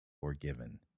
forgiven